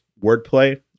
wordplay